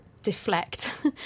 deflect